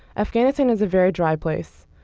afghanistan is a very dry place.